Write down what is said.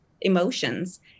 emotions